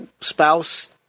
spouse